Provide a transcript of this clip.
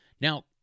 Now